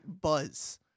Buzz